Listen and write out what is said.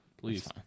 Please